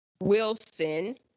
Wilson